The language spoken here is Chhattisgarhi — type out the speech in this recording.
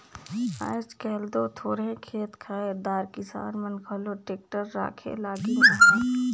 आएज काएल दो थोरहे खेत खाएर दार किसान मन घलो टेक्टर राखे लगिन अहे